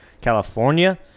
California